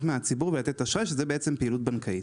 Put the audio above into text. מהציבור ולתת אשראי שזה פעילות בנקאית,